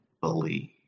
believe